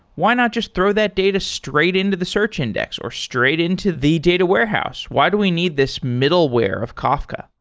why not just throw that data straight into the search index or straight into the data warehouse? why do we need this middleware of kafka?